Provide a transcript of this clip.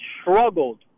struggled